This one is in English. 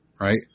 right